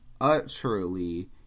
utterly